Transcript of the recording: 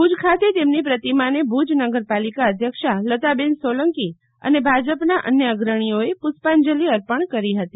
ભુજ ખાતે તેમની પ્રતિમાને ભુજ નગરપાલિકા અધ્યક્ષા લતાબેન સોલંકી અને ભાજપના અન્ય અગ્રણીઓએ પુષ્પાંજલી અર્પણ કરી હતી